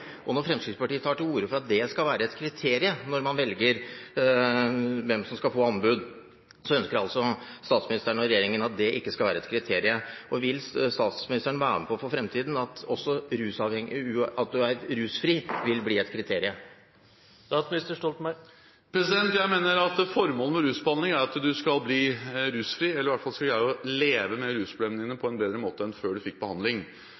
og når Fremskrittspartiet tar til orde for at dette skal være et kriterium når man velger hvem som skal få anbudet, så ønsker altså statsministeren og regjeringen at dette ikke skal være et kriterium. Vil statsministeren være med på, for fremtiden, at det at du er rusfri også vil bli et kriterium? Jeg mener at formålet med rusbehandling er at du skal bli rusfri, eller i hvert fall skal greie å leve med rusproblemene dine på en bedre måte enn før du fikk behandling.